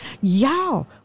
Y'all